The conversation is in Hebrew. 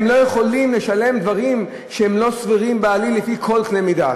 הם לא יכולים לשלם מחירים שהם לא סבירים בעליל לפי כל קנה-מידה.